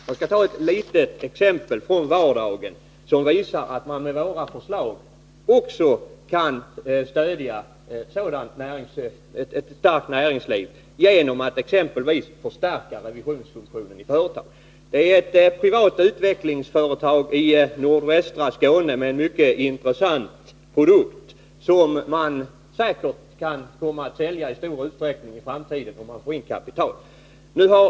Jag skall ta ett litet exempel från vardagen, som visar att man med våra förslag också kan stödja näringslivet genom att exempelvis förstärka revisionsfunktionen i företagen. Det gäller ett privat utvecklingsföretag i nordvästra Skåne med en mycket intressant produkt, som man i framtiden säkert kan komma att sälja i stor utsträckning om man får tillräckliga kapitalresurser.